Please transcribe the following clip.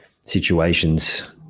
situations